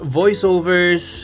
voiceovers